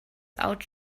out